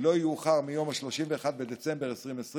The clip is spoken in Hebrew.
לא יאוחר מיום 31 בדצמבר 2020,